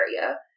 area